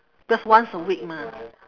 because once a week mah